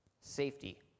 Safety